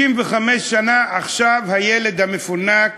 65 שנה עכשיו הילד המפונק